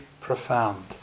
profound